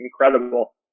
incredible